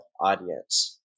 audience